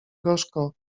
gorzko